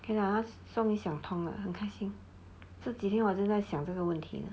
okay ah 他终于想通了很开心这几天我就在想这个问题